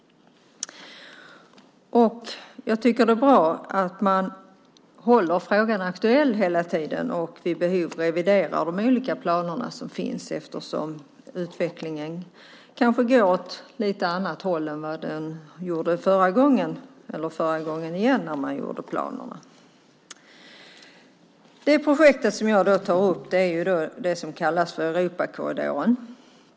Jag tycker att det är bra att man hela tiden håller frågan aktuell och vid behov reviderar de olika planer som finns eftersom utvecklingen kanske går lite grann åt ett annat håll nu än den gjorde när man tidigare gjorde planerna. Det projekt som jag tar upp är det som kallas Europakorridoren.